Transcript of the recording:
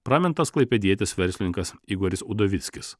pramintas klaipėdietis verslininkas igoris udovickis